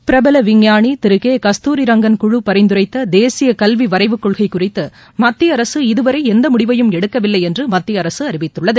பிரபல விஞ்ஞானி திரு கே கஸ்தூரி ரங்கன் குழு பரிந்துரைத்த தேசிய கல்வி வரைவு கொள்கை குறித்து இதுவரை எந்த முடிவையும் எடுக்கவில்லை என்று மத்திய அரசு அறிவித்துள்ளது